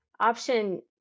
option